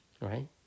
Right